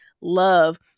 love